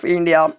India